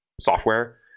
software